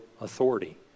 authority